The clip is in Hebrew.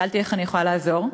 שאלתי איך אני יכולה לעזור,